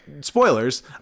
spoilers